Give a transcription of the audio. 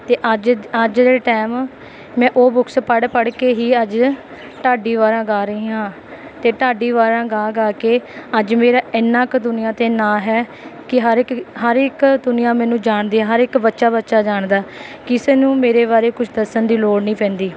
ਅਤੇ ਅੱਜ ਅੱਜ ਦੇ ਟਾਈਮ ਮੈਂ ਉਹ ਬੁੱਕਸ ਪੜ੍ਹ ਪੜ੍ਹ ਕੇ ਹੀ ਅੱਜ ਢਾਡੀ ਵਾਰਾਂ ਗਾ ਰਹੀ ਹਾਂ ਅਤੇ ਢਾਡੀ ਵਾਰਾਂ ਗਾ ਗਾ ਕੇ ਅੱਜ ਮੇਰਾ ਇੰਨਾ ਕੁ ਦੁਨੀਆ 'ਤੇ ਨਾਂ ਹੈ ਕਿ ਹਰ ਇੱਕ ਹਰ ਇੱਕ ਦੁਨੀਆ ਮੈਨੂੰ ਜਾਣਦੀ ਹੈ ਹਰ ਇੱਕ ਬੱਚਾ ਬੱਚਾ ਜਾਣਦਾ ਕਿਸੇ ਨੂੰ ਮੇਰੇ ਬਾਰੇ ਕੁਝ ਦੱਸਣ ਦੀ ਲੋੜ ਨਹੀਂ ਪੈਂਦੀ